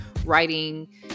writing